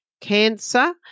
cancer